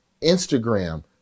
Instagram